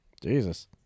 Jesus